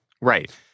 Right